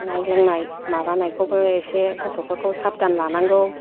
जानाय लोंनाय माबानायखौबो एसे गथ'फोरखौ साबधान लानांगौ